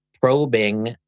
probing